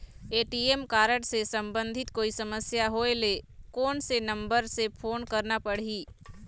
ATM card से संबंधित कोई समस्या होय ले, कोन से नंबर से फोन करना पढ़ही?